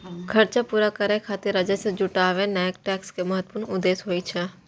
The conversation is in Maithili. खर्च पूरा करै खातिर राजस्व जुटेनाय टैक्स के महत्वपूर्ण उद्देश्य होइ छै